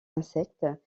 insectes